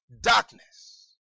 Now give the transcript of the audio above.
darkness